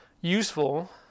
useful